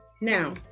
Now